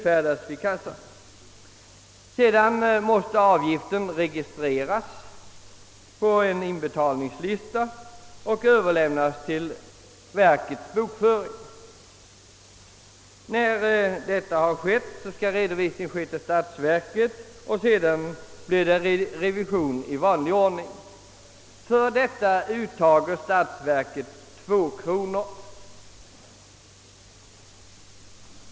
Därefter måste avgiften registreras på en inbetalningslista och överlämnas till verkets bokföring. När detta har gjorts skall redovisning ske till statsverket, och sedan blir det revision i vanlig ordning. För detta uttager statsverket två kronor.